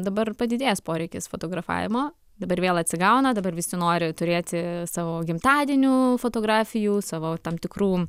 dabar padidėjęs poreikis fotografavimo dabar vėl atsigauna dabar visi nori turėti savo gimtadienių fotografijų savo tam tikrų